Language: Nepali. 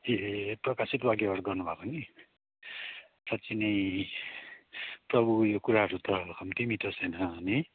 ए प्रकाशित वाक्यबाट गर्नुभएको नि साँच्चै नै प्रभुको यो कुराहरू त कम्ती मिठो छैन नि